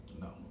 No